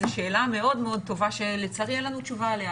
זו שאלה מאוד מאוד טובה שלצערי אין לנו תשובה עליה